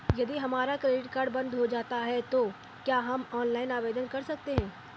यदि हमारा credit card बंद हो जाता है तो क्या हम ऑनलाइन आवेदन कर सकते हैं?